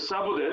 נשא בודד